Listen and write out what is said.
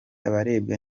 abarebwa